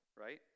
Right